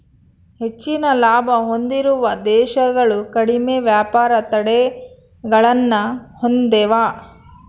ಹೆಚ್ಚಿನ ಲಾಭ ಹೊಂದಿರುವ ದೇಶಗಳು ಕಡಿಮೆ ವ್ಯಾಪಾರ ತಡೆಗಳನ್ನ ಹೊಂದೆವ